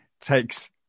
takes